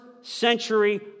century